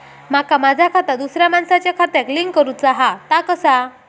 माका माझा खाता दुसऱ्या मानसाच्या खात्याक लिंक करूचा हा ता कसा?